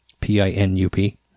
P-I-N-U-P